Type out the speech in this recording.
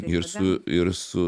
ir su ir su